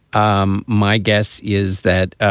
um my guess is that